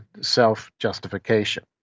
self-justification